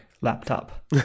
laptop